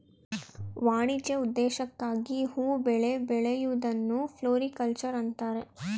ವಾಣಿಜ್ಯ ಉದ್ದೇಶಕ್ಕಾಗಿ ಹೂ ಬೆಳೆ ಬೆಳೆಯೂದನ್ನು ಫ್ಲೋರಿಕಲ್ಚರ್ ಅಂತರೆ